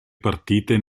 partite